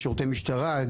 שירותי משטרה,